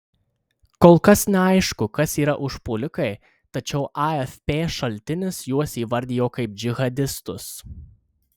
kol kas neaišku kas yra užpuolikai tačiau afp šaltinis juos įvardijo kaip džihadistus